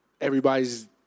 everybody's